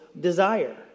desire